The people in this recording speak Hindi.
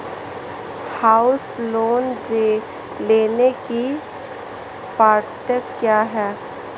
हाउस लोंन लेने की पात्रता क्या है?